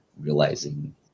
realizing